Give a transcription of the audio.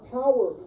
power